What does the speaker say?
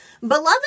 Beloved